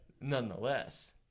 nonetheless